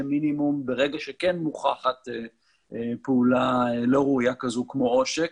מינימום ברגע שכן מוכחת פעולה לא ראויה כזו כמו עושק.